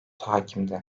hakimdi